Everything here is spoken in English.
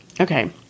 Okay